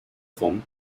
phone